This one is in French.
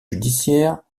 judiciaires